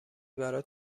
برات